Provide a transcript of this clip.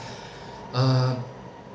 err